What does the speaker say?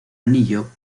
anillo